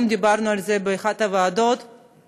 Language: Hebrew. היום התקיים דיון על מצב הבריאות בגליל המערבי.